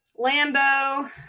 Lambo